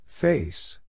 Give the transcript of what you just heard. Face